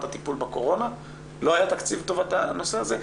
הטיפול בקורונה לא היה תקציב לטובת הנושא הזה,